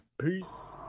Peace